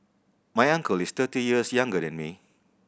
my uncle is thirty years younger than me